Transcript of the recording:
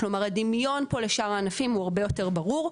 כלומר הדמיון פה לשאר הענפים הוא הרבה יותר ברור,